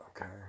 okay